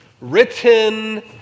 Written